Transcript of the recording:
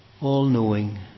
all-knowing